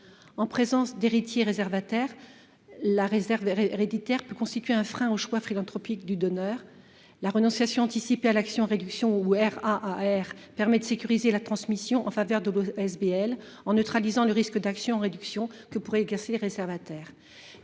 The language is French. En présence d’héritiers réservataires, la réserve héréditaire peut constituer un frein au choix philanthropique du donateur. La RAAR permet, dans un tel cas, de sécuriser la transmission en faveur de l’OSBL en neutralisant le risque d’une action en réduction que pourraient exercer les réservataires.